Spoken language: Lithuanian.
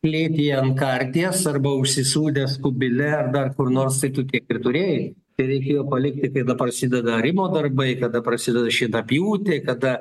klėtyje ant karties arba užsisūdęs kubile ar dar kur nors tai tu tiek ir turėjai reikėjo palikti kada prasideda arimo darbai kada prasideda šienapjūtė kada